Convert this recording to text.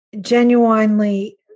genuinely